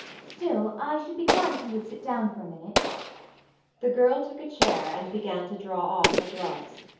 still, i should be glad if you would sit down for a minute the girl took a chair and began to draw off her gloves.